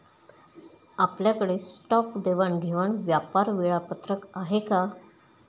आपल्याकडे स्टॉक देवाणघेवाण व्यापार वेळापत्रक आहे का?